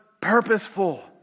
purposeful